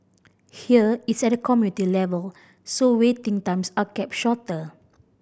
here it's at a community level so waiting times are kept shorter